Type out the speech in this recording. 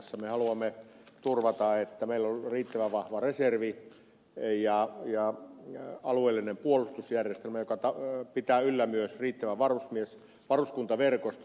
me haluamme turvata sen että meillä on riittävän vahva reservi ja alueellinen puolustusjärjestelmä joka pitää yllä myös riittävän varuskuntaverkoston